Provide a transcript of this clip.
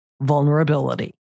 vulnerability